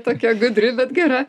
tokia gudri bet gera